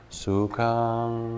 sukang